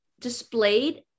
displayed